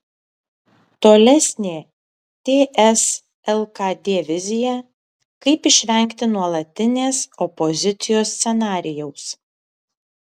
tolesnė ts lkd vizija kaip išvengti nuolatinės opozicijos scenarijaus